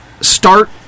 start